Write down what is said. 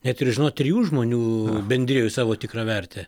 net ir žinot trijų žmonių bendrijoj savo tikrą vertę